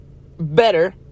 better